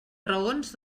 raons